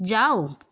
যাও